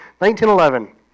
1911